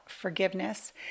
forgiveness